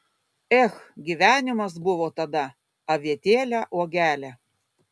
ech gyvenimas buvo tada avietėle uogele